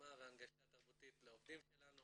להתאמה והנגשה תרבותית לעובדים שלנו